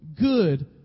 good